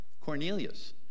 Cornelius